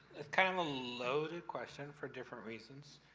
of kind of a loaded question, for different reasons,